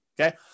Okay